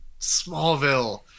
Smallville